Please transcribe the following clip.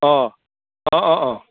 অঁ অঁ অঁ অঁ